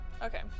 Okay